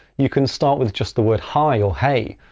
you can start with just the word hi or hey,